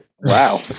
wow